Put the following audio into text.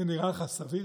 זה נראה לך סביר?